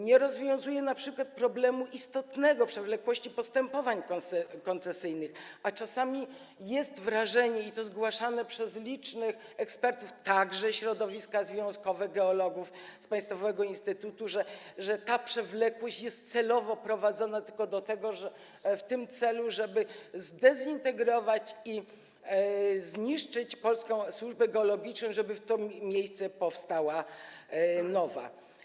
Nie rozwiązuje np. istotnego problemu przewlekłości postępowań koncesyjnych, a czasami jest wrażenie, i to zgłaszane przez licznych ekspertów, także przez środowiska związkowe geologów z państwowego instytutu, że ta przewlekłość jest celowo wprowadzona tylko w tym celu, żeby zdezintegrować i zniszczyć polską służbę geologiczną, żeby w to miejsce powstała nowa.